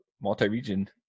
multi-region